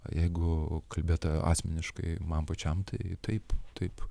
jeigu kalbėt asmeniškai man pačiam tai taip taip